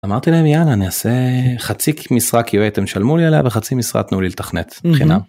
אמרתי להם יאללה נעשה חצי משרה QA אתם תשלמו לי עליה וחצי משרה תנו לי לתכנת, חינם